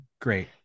great